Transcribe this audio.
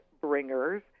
bringers